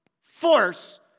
force